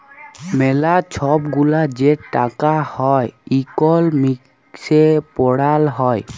ম্যালা ছব গুলা যে টাকা হ্যয় ইকলমিক্সে পড়াল হ্যয়